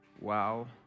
wow